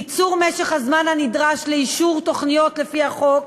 קיצור משך הזמן הנדרש לאישור תוכניות הבנייה,